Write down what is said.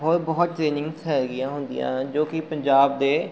ਹੋਰ ਬਹੁਤ ਟ੍ਰੇਨਿੰਗ ਹੈਗੀਆਂ ਹੁੰਦੀਆਂ ਹਨ ਜੋ ਕਿ ਪੰਜਾਬ ਦੇ